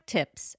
Tips